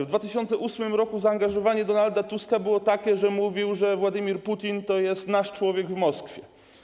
W 2008 r. zaangażowanie Donalda Tuska było takie, że mówił, że Władimir Putin to jest nasz człowiek w Moskwie.